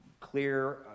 clear